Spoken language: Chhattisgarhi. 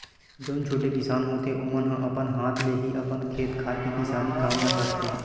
जउन छोटे किसान होथे ओमन ह अपन हाथ ले ही अपन खेत खार के किसानी काम ल करथे